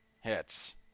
hits